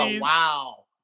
wow